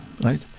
right